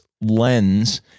lens